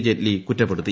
ജെയ്റ്റ്ലി കുറ്റപ്പെടുത്തി